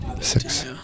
six